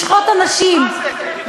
שלא ישתמשו בילדים לשחוט אנשים.